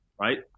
right